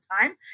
time